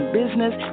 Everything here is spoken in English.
business